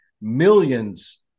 millions